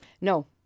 No